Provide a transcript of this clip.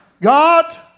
God